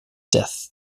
death